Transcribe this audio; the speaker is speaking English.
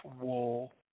wool